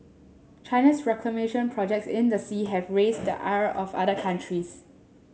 China's reclamation projects in the sea have raised the ire of other countries